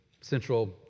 central